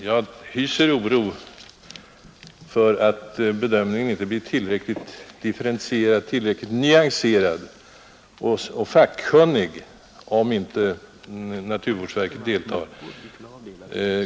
Jag hyser oro för att bedömningen av sådana ärenden inte blir tillräckligt nyanserad och sakkunnig om inte naturvårdsverket deltar.